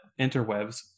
interwebs